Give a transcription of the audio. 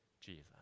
Jesus